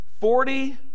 Forty